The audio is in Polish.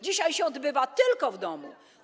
Dzisiaj się odbywa tylko w domu.